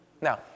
Now